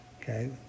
Okay